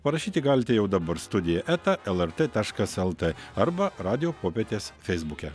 parašyti galite jau dabarstudija eta lrt taškas lt arba radijo popietės feisbuke